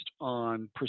on